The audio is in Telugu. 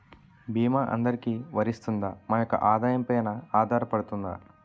భీమా అందరికీ వరిస్తుందా? మా యెక్క ఆదాయం పెన ఆధారపడుతుందా?